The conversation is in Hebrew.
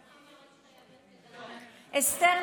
אסתר,